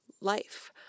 life